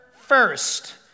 first